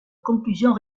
conclusion